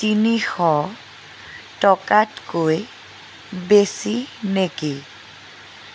তিনিশ টকাতকৈ বেছি নেকি